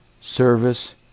service